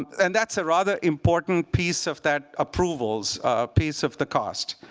and that's a rather important piece of that approvals piece of the cost.